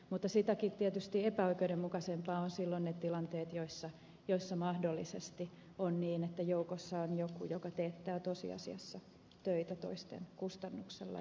mutta tietysti sitäkin epäoikeudenmukaisempia ovat silloin ne tilanteet joissa mahdollisesti on niin että joukossa on joku joka teettää tosiasiassa töitä toisten kustannuksella